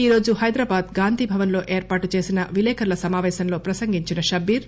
ఈరోజు హైదరాబాద్ గాంధీభవన్ లో ఏర్పాటుచేసిన విలేకరుల సమాపేశంలో ప్రసంగించిన షబ్బీర్